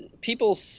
people